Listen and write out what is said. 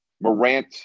Morant